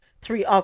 Three